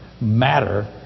matter